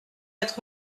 être